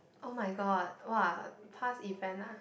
oh-my-god !wah! past event ah